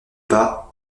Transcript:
pas